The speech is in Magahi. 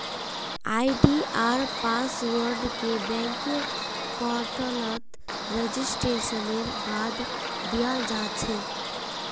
आई.डी.आर पासवर्डके बैंकेर पोर्टलत रेजिस्ट्रेशनेर बाद दयाल जा छेक